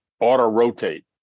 auto-rotate